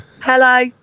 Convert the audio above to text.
Hello